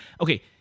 Okay